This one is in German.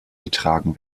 getragen